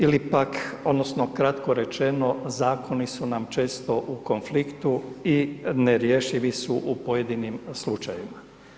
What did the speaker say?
Ili pak odnosno kratko rečeno zakoni su nam često u konfliktu i nerješivi su u pojedinim slučajevima.